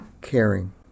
caring